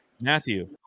Matthew